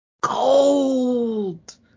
cold